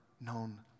known